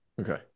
Okay